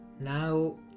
now